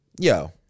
yo